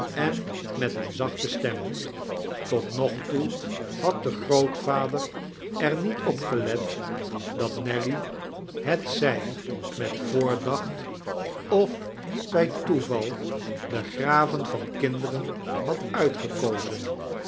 en met eene zachte stem tot nog toe had de grootvader er niet op gelet dat nelly hetzij met voordacht of bij toeval de graven van kinderen had uitgekozen